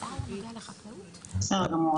בסדר גמור.